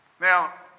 Now